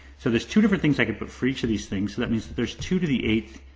so there's two different things i can put for each of these things. so that means there's two to the eighth.